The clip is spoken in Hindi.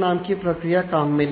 नाम की प्रक्रिया काम में लें